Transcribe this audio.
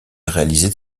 réalisait